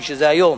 שזה היום,